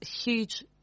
huge